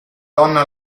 donna